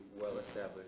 well-established